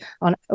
on